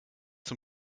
zum